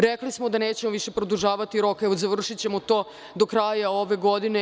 Rekli smo da nećemo više produžavati rok i završićemo to do kraja ove godine.